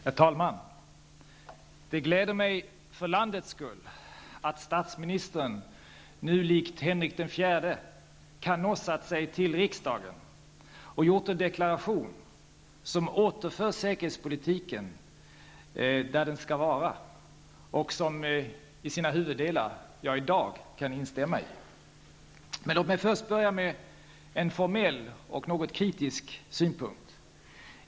Herr talman! Det gläder mig för landets skull att statsministern nu, likt Henrik IV, canossat sig till riksdagen och gjort en deklaration som återför säkerhetspolitiken dit där den skall vara. Jag kan i dag instämma i dess huvuddelar. Men låt mig börja med en formell och något kritisk synpunkt.